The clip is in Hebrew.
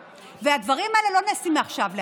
היית polite, אבל היית משועמם.